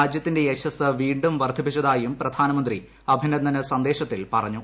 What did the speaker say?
രാജ്യത്തിന്റെ യശസ്സ് വീണ്ടും വർദ്ധിപ്പിച്ചതായും പ്രധാനമന്ത്രി അഭിനന്ദന സന്ദേശത്തിൽ പറഞ്ഞു